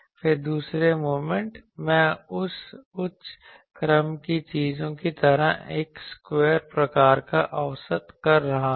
फिर दूसरे मोमेंट मैं उस उच्च क्रम की चीजों की तरह एक स्क्वायर प्रकार का औसत कर रहा हूं